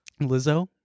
Lizzo